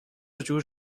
جور